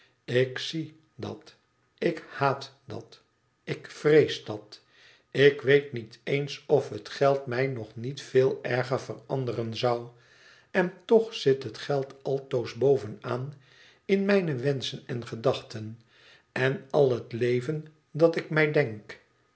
ik zie dat ik haat dat ik vrees dat ik weet niet eens of het geld mij niet nog veel erger veranderen zou en toch zit het geld altoos bovenaan in mijne wenschen en gedachten en al het leven dat ik mij denk